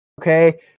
Okay